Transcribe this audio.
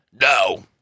No